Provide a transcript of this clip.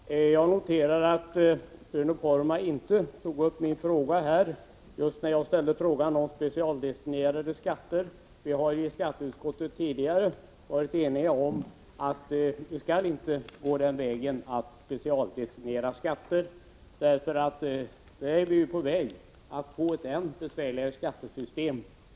Herr talman! Jag noterar att Bruno Poromaa inte tog upp min fråga om specialdestinerade skatter. I skatteutskottet har vi tidigare varit ense om att inte specialdestinera skatter, eftersom det skulle leda till ett än besvärligare skattesystem.